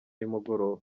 y’umugoroba